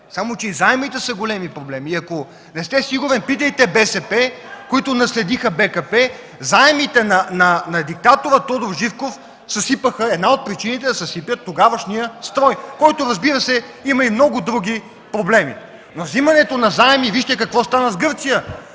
Само че и заемите са големи проблеми и ако не сте сигурен, питайте БСП, които наследиха БКП, заемите на диктатора Тодор Живков бяха една от причините да съсипят тогавашния строй, който разбира се, има и много други проблеми. При вземането на заеми – вижте какво стана с Гърция.